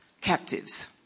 captives